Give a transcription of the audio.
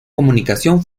comunicación